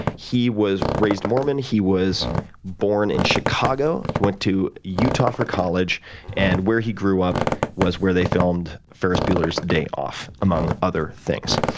he was raised mormon. he was born in chicago. he went to utah for college and where he grew up was where they filmed ferris bueller's day off among other things.